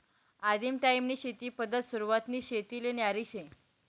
आदिम टायीमनी शेती पद्धत सुरवातनी शेतीले न्यारी शे